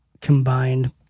combined